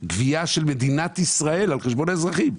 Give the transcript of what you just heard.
גבייה של מדינת ישראל על חשבון האזרחים.